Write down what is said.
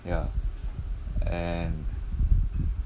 ya and